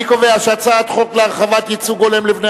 אני קובע שהצעת חוק להרחבת ייצוג הולם לבני